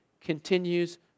continues